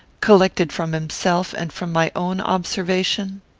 collected from himself and from my own observation?